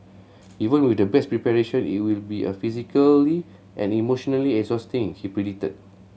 even with the best preparation it will be a physically and emotionally exhausting he predicted